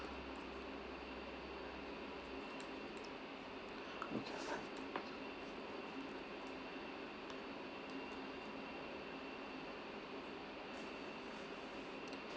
okay five